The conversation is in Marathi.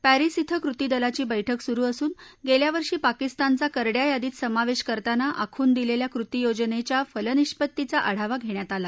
पॅरिस क्वें कृती दलाची बैठक सुरू असून गेल्यावर्षी पाकिस्तानचा करङ्या यादीत समावेश करताना आखून दिलेल्या कृती योजनेच्या फलनिष्पत्तीचा आढावा घेण्यात आला